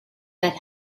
that